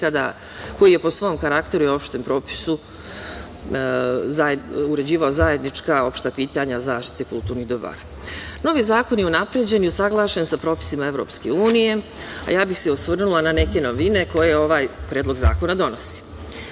koji je po svom karakteru i opštem propisu uređivao zajednička opšta pitanja zaštite kulturnih dobara. Novi zakon je unapređen i usaglašen sa propisima EU, a ja bih se osvrnula na neke novine koje ovaj Predlog zakona donosi. Novim